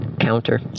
counter